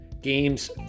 games